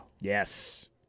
Yes